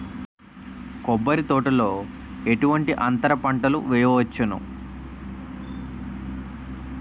కొబ్బరి తోటలో ఎటువంటి అంతర పంటలు వేయవచ్చును?